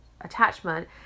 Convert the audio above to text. attachment